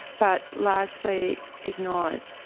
but largely ignored.